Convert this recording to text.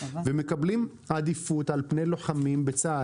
ומקבלים עדיפות על פני לוחמים בצה"ל.